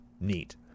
Neat